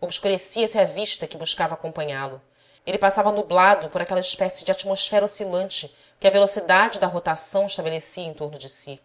obscurecia se a vista que buscava acompanhá-lo ele passava nublado por aquela espécie de atmosfera oscilante que a velocidade da rotação estabelecia em torno de si